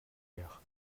heures